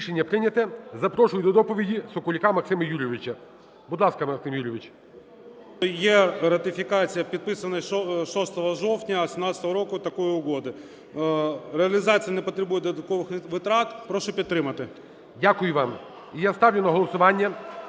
Рішення прийнято. Запрошую до доповіді Соколюка Максима Юрійовича. Будь ласка, Максиме Юрійовичу. 13:31:05 СОКОЛЮК М.Ю. Є ратифікація, підписана 6 жовтня 17-го року такої угоди. Реалізація не потребує додаткових витрат. Прошу підтримати. ГОЛОВУЮЧИЙ. Дякую вам. І я ставлю на голосування